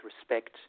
respect